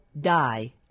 die